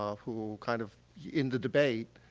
ah who kind of in the debate,